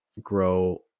grow